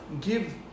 Give